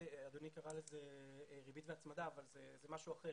אדוני קרא לזה ריבית והצמדה אבל זה משהו אחר.